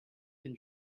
can